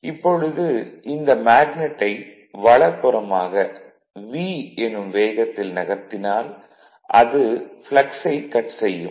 இப்பொழுது இந்த மேக்னட்டை வலப்புறமாக 'v' எனும் வேகத்தில் நகர்த்தினால் அது ப்ளக்ஸை கட் செய்யும்